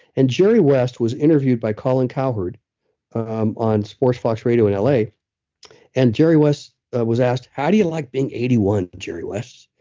and jerry west was interviewed by colin cowherd um on sports fox radio in la. and jerry was was asked how do you like being eighty one, jerry west?